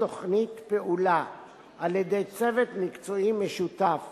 תוכנית פעולה על-ידי צוות מקצועי משותף